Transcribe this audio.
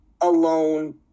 alone